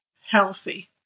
healthy